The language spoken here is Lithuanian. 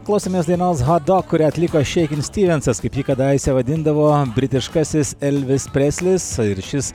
klausomės dainos hod dog kurią atliko šeikin stivensas kaip ji kadaise vadindavo britiškasis elvis preslis ir šis